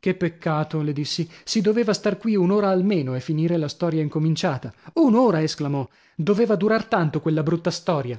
che peccato le dissi si doveva star qui un'ora almeno a finire la storia incominciata un'ora esclamò doveva durar tanto quella brutta storia